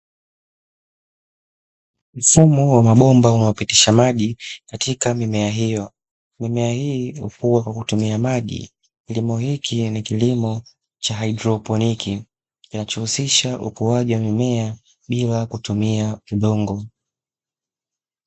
Mfumo wa mabomba unaopitisha maji katika mimea hiyo mimea hii ukua kwa kutumia maji kilimo, hiki ni kilimo cha haidroponiki kinachousisha ukuaji wa mimea bila kutumia udongo.